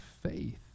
faith